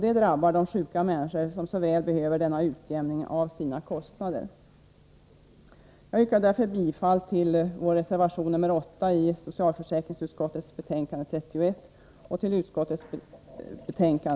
Detta drabbar de sjuka människor som så väl behöver denna utjämning av sina kostnader. Jag yrkar därför bifall till reservation nr 8 i socialförsäkringsutskottets betänkande 31 och i övrigt till utskottets hemställan.